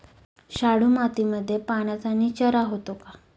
शाडू मातीमध्ये पाण्याचा निचरा होतो का?